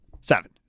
Seven